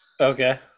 Okay